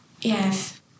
Yes